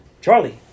Charlie